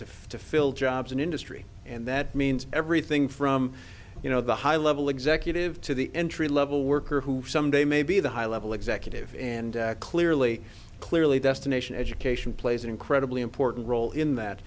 to to fill jobs in industry and that means everything from you know the high level executive to the entry level worker who someday may be the high level executive and clearly clearly destination education plays an incredibly important role in that